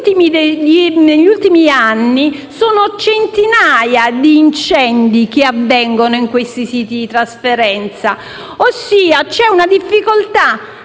negli ultimi anni sono centinaia gli incendi che avvengono in questi siti di trasferenza. C'è, quindi, una difficoltà